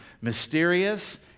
mysterious